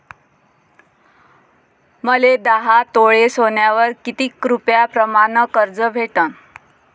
मले दहा तोळे सोन्यावर कितीक रुपया प्रमाण कर्ज भेटन?